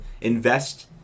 invest